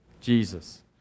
Jesus